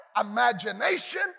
imagination